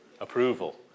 approval